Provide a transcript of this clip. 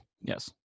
yes